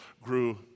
grew